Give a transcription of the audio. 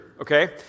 Okay